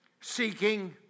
seeking